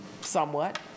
somewhat